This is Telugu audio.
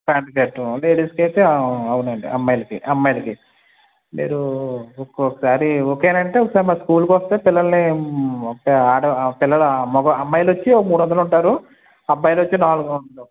ప్యాంట్ షర్టు లేడీస్కి అయితే అవునండి అమ్మాయిలకి అమ్మాయిలకి మీరు ఒక్కసారి ఓకే అంటే మా స్కూలుకి వస్తే పిల్లలని అమ్మాయలు వచ్చి మూడు వందలు ఉంటారు అబ్బాయిలు వచ్చి నాలుగు వందలు